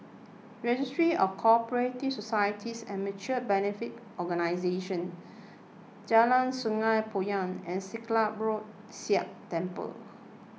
Registry of Co Operative Societies and Mutual Benefit Organisations Jalan Sungei Poyan and Silat Road Sikh Temple